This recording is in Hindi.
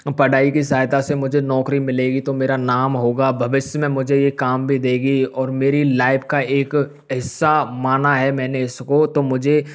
पढ़ाई की सहायता से मुझे नौकरी मिलेगी तो मेरा नाम होगा भविष्य में मुझे यह काम भी देगी और मेरी लाइफ़ का एक हिस्सा माना है मैंने इसको तो मुझे